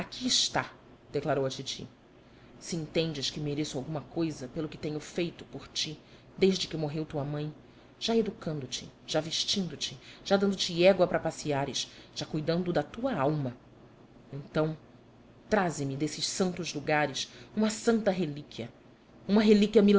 aqui está declarou a titi se entendes que mereço alguma cousa pelo que tenho feito por ti desde que morreu tua mãe já educando te já vestindo te já dando te égua para passeares já cuidando da tua alma então traze-me desses santos lugares uma santa relíquia uma relíquia